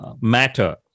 matter